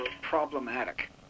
problematic